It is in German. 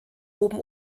oben